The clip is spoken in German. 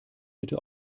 bitte